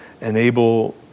enable